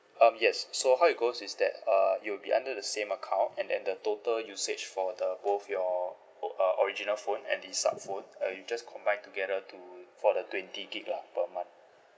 um yes so how it goes is that uh it will be under the same account and then the total usage for the both your o~ uh original phone and the sub phone uh you just combine together to for the twenty gig lah per month